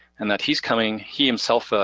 and that he's coming, he himself,